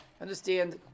understand